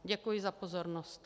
Děkuji za pozornost.